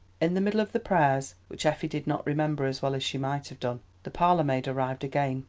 in the middle of the prayers which effie did not remember as well as she might have done the parlourmaid arrived again.